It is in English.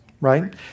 Right